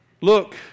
Look